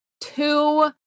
two